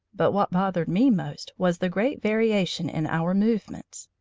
but what bothered me most was the great variation in our movements.